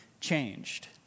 changed